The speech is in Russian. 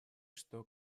что